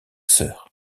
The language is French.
soeurs